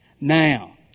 now